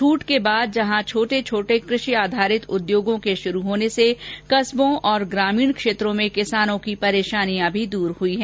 छूट के बाद जहां छोर्टे छोटे कृषि अधारित उद्योगों के शुरू होने से कस्बों और ग्रामीण क्षेत्रो में किसानो की परेशानियां भी दूर हुई हैं